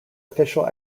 official